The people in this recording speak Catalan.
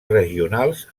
regionals